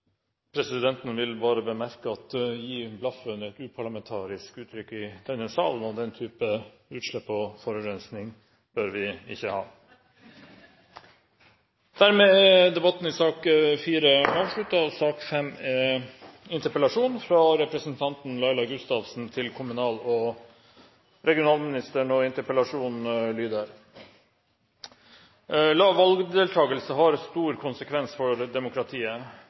Presidenten vil bemerke at «gi blaffen» er et uparlamentarisk uttrykk i denne sal, og den type utslipp og forurensing bør vi ikke ha. Debatten i sak nr. 4 er avsluttet. Valgdeltakelsen i